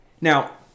Now